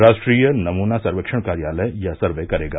राष्ट्रीय नमूना सर्वेक्षण कार्यालय यह सर्वे करेगा